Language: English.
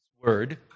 word